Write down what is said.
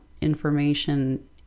information